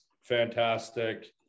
fantastic